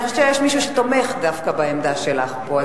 אני חושבת שיש מישהו שתומך דווקא בעמדה שלך פה,